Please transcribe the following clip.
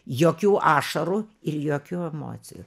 jokių ašarų ir jokių emocijų